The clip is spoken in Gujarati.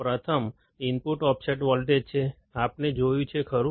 પ્રથમ ઇનપુટ ઓફસેટ વોલ્ટેજ છે આપણે જોયું છે ખરું